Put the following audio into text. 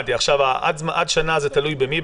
עד שנה זה תלוי במי?